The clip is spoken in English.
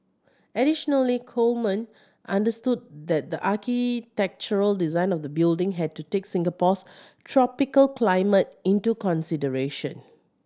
additionally Coleman understood that the architectural design of the building had to take Singapore's tropical climate into consideration